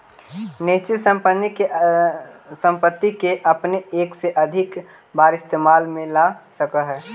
निश्चित संपत्ति के अपने एक से अधिक बार इस्तेमाल में ला सकऽ हऽ